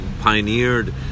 pioneered